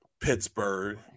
Pittsburgh